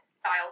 style